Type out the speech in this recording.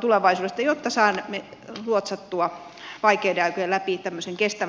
tulevaisuudesta jotta saamme luotsattua vaikeiden aikojen läpi tämmöisen kestävän kasvun suuntaa